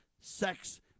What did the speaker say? sex